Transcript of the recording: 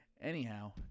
anyhow